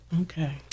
Okay